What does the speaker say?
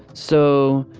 so,